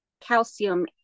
calcium